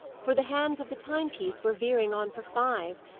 for the hands of the timepiece were veering on for five,